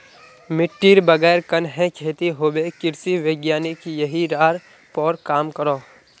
मिटटीर बगैर कन्हे खेती होबे कृषि वैज्ञानिक यहिरार पोर काम करोह